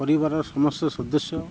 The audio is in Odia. ପରିବାରର ସମସ୍ତ ସଦସ୍ୟ